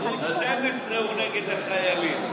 ערוץ 12 הוא נגד החיילים.